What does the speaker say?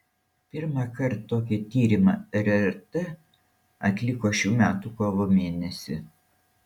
pirmąkart tokį tyrimą rrt atliko šių metų kovo mėnesį